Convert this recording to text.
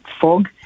fog